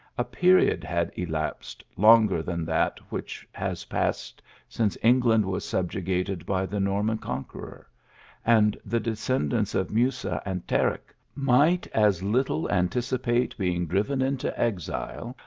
a period had elapsed longer than that which has passed since england was subjugated by the norman conqueror and the descendants of musa and tarik might as little anticipate being driven into exile,